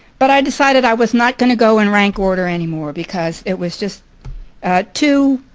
but i decided i was not going to go in rank order anymore because it was just too,